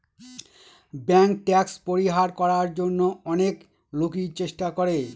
bank tax পরিহার করার জন্য অনেক লোকই চেষ্টা করে